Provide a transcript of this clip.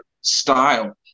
style